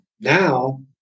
now